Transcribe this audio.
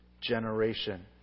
generation